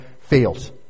fails